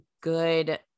good